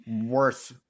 worth